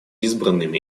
избранными